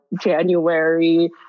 January